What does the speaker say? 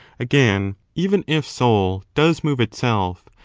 again, even if soul does move itself,